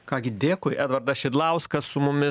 ką gi dėkui edvardas šidlauskas su mumis